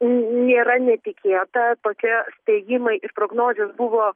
nėra netikėta tokie spėjimai ir prognozės buvo